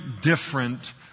different